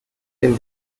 dem